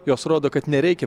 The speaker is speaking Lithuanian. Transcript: jos rodo kad nereikia